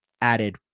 added